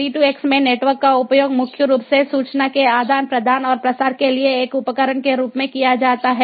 V2X में network का उपयोग मुख्य रूप से सूचना के आदान प्रदान और प्रसार के लिए एक उपकरण के रूप में किया जाता है